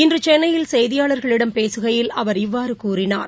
இன்று சென்னையில் செய்தியாளர்களிடம் பேசுகையில் அவர் இவ்வாறு கூறினார்